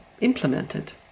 implemented